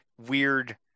weird